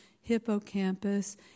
hippocampus